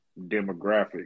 demographic